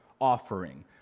offering